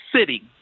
City